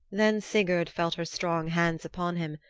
then sigurd felt her strong hands upon him,